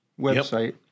website